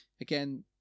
Again